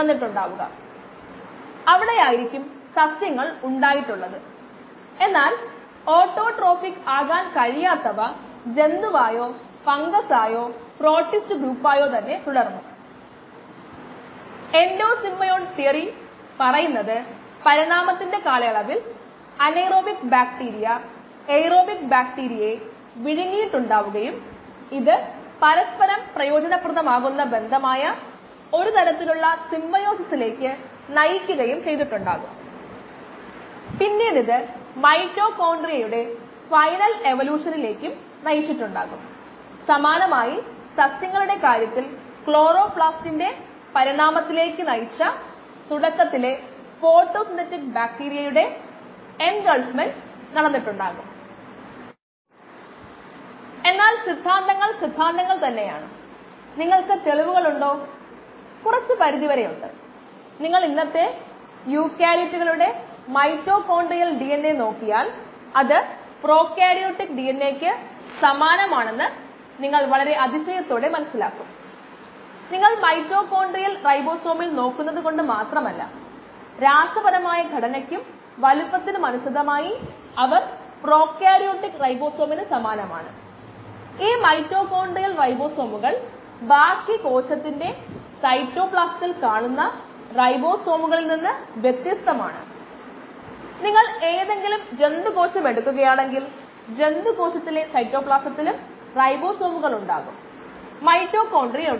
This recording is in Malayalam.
39 hours ഇത് നേരായ പരിഹാരമായിരുന്നു നിങ്ങളിൽ പലരും ഇത് നേടിയിട്ടുണ്ടാകുമെന്ന് എനിക്ക് ഉറപ്പുണ്ട് പരിശീലനത്തിലൂടെ നമ്മൾ കൂടുതൽ മെച്ചപ്പെടും